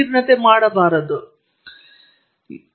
ಸಹಜವಾಗಿ ಅವರು ಬಹಳಷ್ಟು ರಾಜಕೀಯವನ್ನು ಚರ್ಚಿಸುತ್ತಾರೆ ಬಹಳಷ್ಟು ಸಿನೆಮಾ